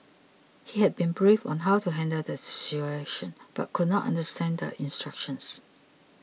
he had been briefed on how to handle the situation but could not understand the instructions